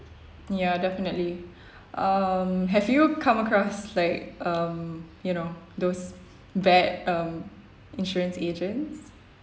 ya definitely um have you come across like um you know those bad um insurance agents